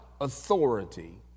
authority